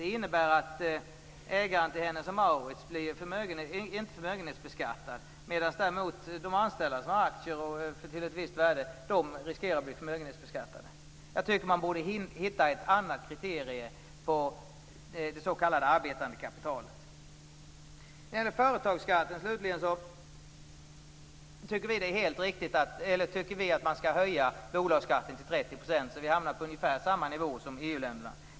Det innebär att ägaren till Hennes & Mauritz inte blir förmögenhetsbeskattad, medan däremot de anställda med aktier till ett visst värde riskerar att förmögenhetsbeskattas. Man borde hitta ett annat kriterium på det s.k. arbetande kapitalet. När det slutligen gäller företagsskatten anser vi att man skall höja bolagsskatten till 30 %, så att vi hamnar på ungefär samma nivå som övriga EU-länder.